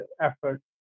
effort